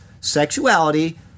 sexuality